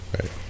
Right